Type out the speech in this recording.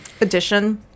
Edition